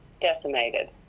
decimated